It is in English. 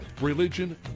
religion